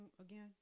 again